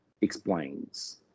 explains